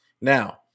Now